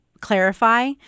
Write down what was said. clarify